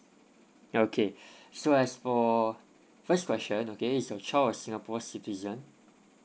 okay so as for first question okay is your child a singapore citizen